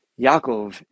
Yaakov